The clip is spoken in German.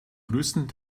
größten